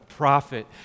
prophet